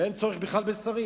ואין צורך בכלל בשרים.